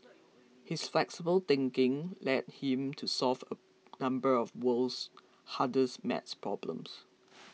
his flexible thinking led him to solve a number of world's hardest maths problems